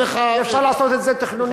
אפשר לעשות את זה תכנונית,